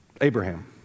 Abraham